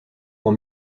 pour